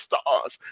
stars